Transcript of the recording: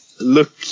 look